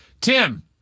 Tim